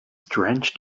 drenched